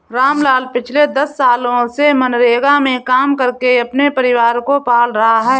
रामलाल पिछले दस सालों से मनरेगा में काम करके अपने परिवार को पाल रहा है